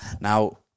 Now